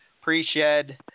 pre-shed